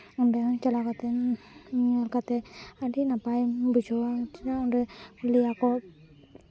ᱚᱸᱰᱮ ᱦᱚᱸ ᱪᱟᱞᱟᱣ ᱠᱟᱛᱮᱜ ᱤᱧ ᱧᱩ ᱠᱟᱛᱮᱜ ᱟᱹᱰᱤ ᱱᱟᱯᱟᱭᱤᱧ ᱵᱩᱡᱷᱟᱹᱣᱟ ᱚᱸᱰᱮ ᱞᱟᱹᱭᱟ ᱠᱚ